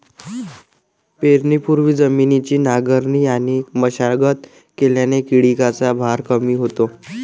पेरणीपूर्वी जमिनीची नांगरणी आणि मशागत केल्याने किडीचा भार कमी होतो